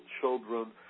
children